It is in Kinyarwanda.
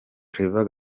claver